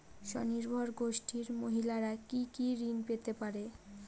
স্বনির্ভর গোষ্ঠীর মহিলারা কি কি ঋণ পেতে পারে?